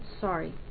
sorry